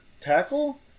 tackle